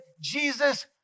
Jesus